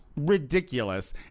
ridiculous